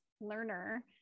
learner